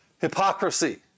hypocrisy